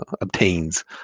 obtains